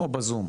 או בזום?